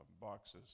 boxes